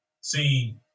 see